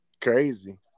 crazy